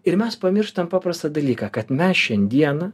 ir mes pamirštam paprastą dalyką kad mes šiandieną